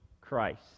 Christ